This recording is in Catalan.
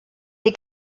dir